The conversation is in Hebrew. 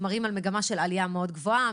מראים מגמה של עלייה מאוד גבוהה,